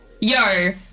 yo